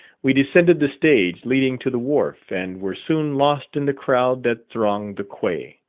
we descended the stage leading to the wharf and were soon lost in the crowd that thronged the quay.